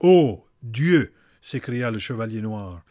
o dieu s'écria le chevalier noir